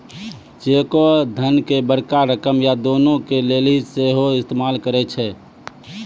चेको के धन के बड़का रकम या दानो के लेली सेहो इस्तेमाल करै छै